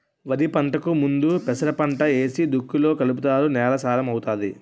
వరిపంటకు ముందు పెసరపంట ఏసి దుక్కిలో కలుపుతారు నేల సారం అవుతాది